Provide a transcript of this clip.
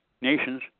nations